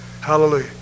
hallelujah